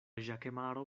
ĵakemaro